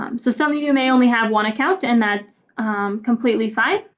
um so some of you may only have one account and that's completely fine.